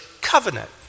covenant